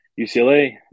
UCLA